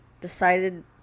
decided